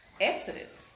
Exodus